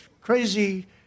crazy